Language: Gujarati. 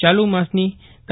ચાલુ માસની તા